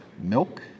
Milk